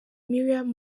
miriam